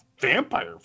vampire